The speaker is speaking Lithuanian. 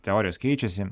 teorijos keičiasi